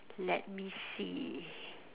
let me see